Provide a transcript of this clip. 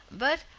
but,